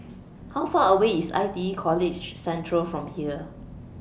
How Far away IS I T E College Central from here